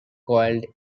coiled